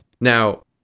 Now